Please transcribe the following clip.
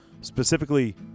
Specifically